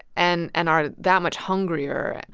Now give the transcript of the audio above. and and are that much hungrier. and